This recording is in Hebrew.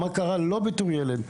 מה קרה לו בתור ילד?